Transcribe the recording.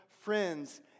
friends